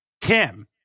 Tim